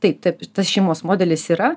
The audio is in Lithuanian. taip taip tas šeimos modelis yra